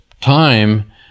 time